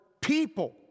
people